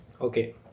Okay